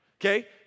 Okay